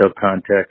context